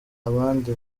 abandi